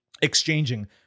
exchanging